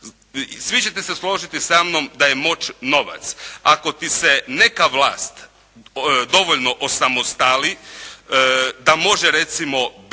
Svi ćete se složiti sa mnom da je moć novac. Ako bi se neka vlast dovoljno osamostali da može recimo bez Vlade